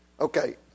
Okay